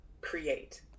create